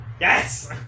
Yes